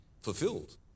fulfilled